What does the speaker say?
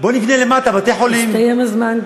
בואו נבנה למטה בתי-חולים, הסתיים הזמן.